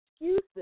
excuses